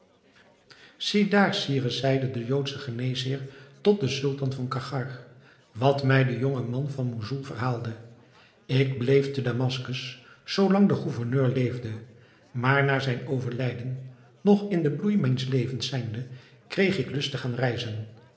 daar sire zeide de joodsche geneesheer tot den sultan van cachgar wat mij de jonge man van moussoul verhaalde ik bleef te damaskus zoo lang de gouverneur leefde maar na zijn overlijden nog in den bloei mijns levens zijnde kreeg ik lust te gaan reizen